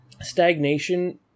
stagnation